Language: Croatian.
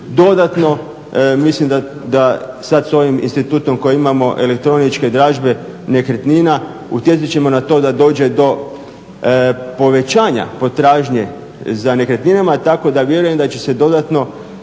Dodatno mislim da sad s ovim institutom koji imamo elektroničke dražbe nekretnina utjecat ćemo na to da dođe do povećanja potražnje za nekretninama tako da vjerujem da će se dodatno